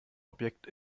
objekt